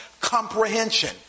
comprehension